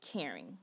caring